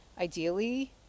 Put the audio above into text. ideally